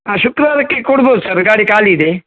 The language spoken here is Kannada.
ಹಾಂ ಶುಕ್ರವಾರಕ್ಕೆ ಕೊಡ್ಬೋದು ಸರ್ ಗಾಡಿ ಖಾಲಿ ಇದೆ